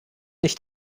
nicht